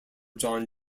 john